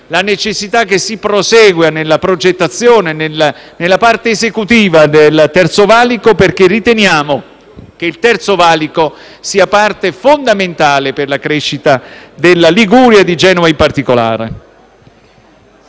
la necessità che si prosegua nella progettazione e nella parte esecutiva del Terzo Valico, perché lo riteniamo parte fondamentale per la crescita della Liguria e di Genova in particolare.